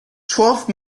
twelve